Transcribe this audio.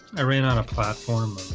i ran out of platform